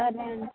సరే అండి